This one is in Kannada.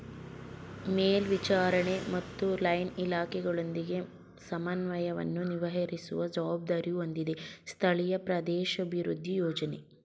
ಮೇಲ್ವಿಚಾರಣೆ ಮತ್ತು ಲೈನ್ ಇಲಾಖೆಗಳೊಂದಿಗೆ ಸಮನ್ವಯವನ್ನು ನಿರ್ವಹಿಸುವ ಜವಾಬ್ದಾರಿ ಹೊಂದಿದೆ ಸ್ಥಳೀಯ ಪ್ರದೇಶಾಭಿವೃದ್ಧಿ ಯೋಜ್ನ